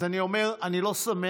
אז אני אומר, אני לא שמח,